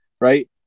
right